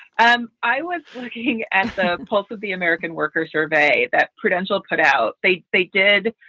um i was working at the pulse of the american worker survey that prudential put out. they they did.